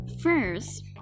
First